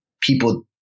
people